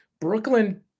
Brooklyn